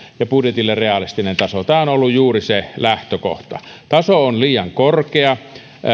ja budjetille realistinen taso tämä on ollut juuri se lähtökohta taso on liian korkea